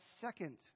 second